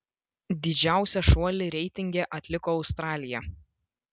didžiausią šuolį reitinge atliko australija